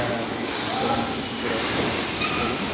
হ্যাঁ আমি পোড়া মাটির থেকে রাজু কথা বলছি বলুন